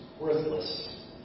worthless